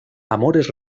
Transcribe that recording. amores